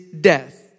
death